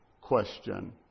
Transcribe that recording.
question